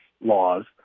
laws